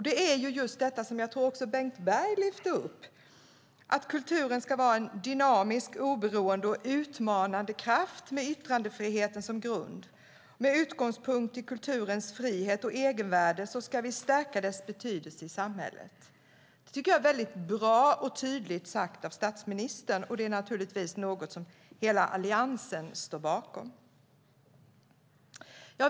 Det är något som även Bengt Berg lyfte fram, att kulturen ska vara en dynamisk, oberoende och utmanande kraft med yttrandefriheten som grund. Med utgångspunkt i kulturens frihet och egenvärde ska vi stärka dess betydelse i samhället. Det tycker jag är väldigt bra och tydligt sagt av statsministern, och det är naturligtvis något som hela Alliansen står bakom.